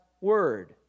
word